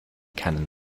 cannon